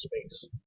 space